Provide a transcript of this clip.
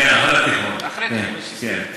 נכון.